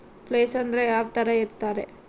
Place ಅಂದ್ರೆ ಯಾವ್ತರ ಇರ್ತಾರೆ?